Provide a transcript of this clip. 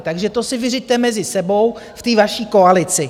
Takže to si vyřiďte mezi sebou v té vaší koalici.